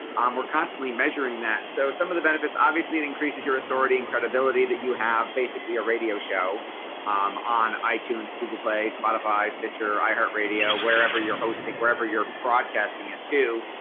um we're constantly measuring that. so some of the benefits obviously it increases your authority and credibility that you have basically a radio show um on itunes, google play, spotify, stitcher, iheart radio wherever you're hosting wherever you're broadcasting it to.